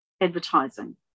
advertising